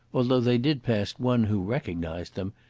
although they did pass one who recognised them,